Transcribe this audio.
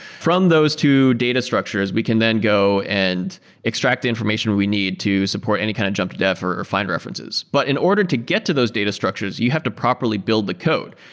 from those two data structures, we can then go and extract the information we need to support any kind of jump to def or or find references. but in order to get to those data structures, you have to properly build the code,